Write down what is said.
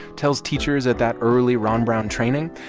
tells teachers at that early ron brown training,